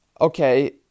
Okay